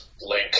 link